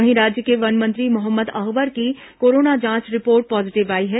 वहीं राज्य के वन मंत्री मोहम्मद अकबर की कोरोना जांच रिपोर्ट पॉजीटिव आई है